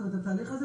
לא הדיגיטליים,